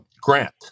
grant